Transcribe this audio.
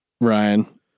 Ryan